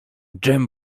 dżem